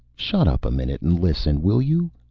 shut up a minute and listen, will you?